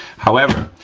however,